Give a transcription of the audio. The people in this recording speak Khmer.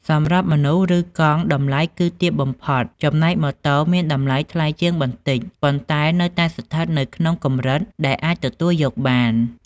សម្រាប់មនុស្សឬកង់តម្លៃគឺទាបបំផុត ចំណែកម៉ូតូមានតម្លៃថ្លៃជាងបន្តិចប៉ុន្តែនៅតែស្ថិតនៅក្នុងកម្រិតដែលអាចទទួលយកបាន។